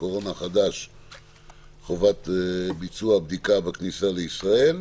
הקורונה החדש (הוראת שעה) (חובת ביצוע בדיקה בכניסה לישראל).